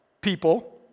people